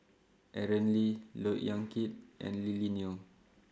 Aaron Lee Look Yan Kit and Lily Neo